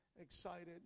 excited